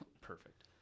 Perfect